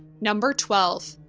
number twelve,